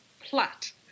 plot